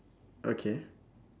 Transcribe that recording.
okay